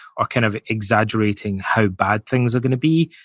or kind of exaggerating how bad things are going to be,